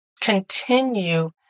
continue